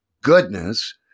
goodness